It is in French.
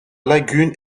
lagune